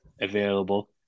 available